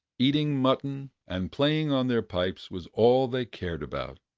eating mutton, and playing on their pipes, was all they cared about.